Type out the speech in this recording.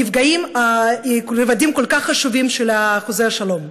נפגעים רבדים כל כך חשובים של חוזה השלום.